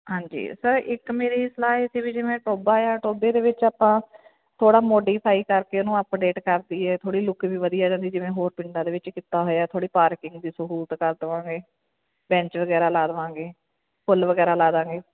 ਹਾਂਜੀ ਸਰ ਇੱਕ ਮੇਰੀ ਸਲਾਹ ਇਹ ਸੀ ਵੀ ਜਿਵੇਂ ਟੋਬਾ ਏ ਆ ਟੋਬੇ ਦੇ ਵਿੱਚ ਆਪਾਂ ਥੋੜ੍ਹਾ ਮੋਡੀਫਾਈ ਕਰਕੇ ਉਹਨੂੰ ਅਪਡੇਟ ਕਰਦੀਏ ਥੋੜ੍ਹੀ ਲੁੱਕ ਵੀ ਵਧੀਆ ਆ ਜਾਂਦੀ ਜਿਵੇਂ ਹੋਰ ਪਿੰਡਾਂ ਦੇ ਵਿੱਚ ਕੀਤਾ ਹੋਇਆ ਥੋੜ੍ਹੀ ਪਾਰਕਿੰਗ ਦੀ ਸਹੂਲਤ ਕਰਦਵਾਂਗੇ ਬੈਂਚ ਵਗੈਰਾ ਲਗਾ ਦਵਾਂਗੇ ਫੁੱਲ ਵਗੈਰਾ ਲਾਦਾਂਗੇ